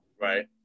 Right